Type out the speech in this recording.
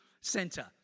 Center